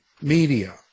media